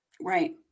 Right